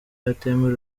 atemera